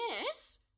Yes